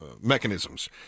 mechanisms